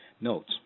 notes